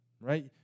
right